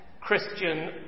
Christian